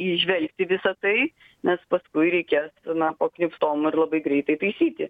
įžvelgti visa tai nes paskui reikės na pakniupstom ir labai greitai taisyti